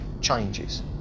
changes